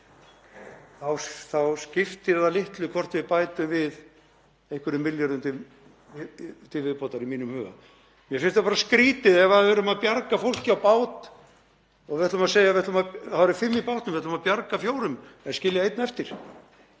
þá skiptir litlu hvort við bætum við einhverjum milljörðum til viðbótar í mínum huga. Mér finnst það bara skrýtið ef við erum að bjarga fólki á bát og við ætlum að segja: Það eru fimm í bátnum en við ætlum að bjarga fjórum en skilja einn eftir.